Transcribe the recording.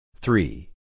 three